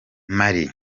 mar